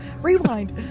Rewind